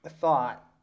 thought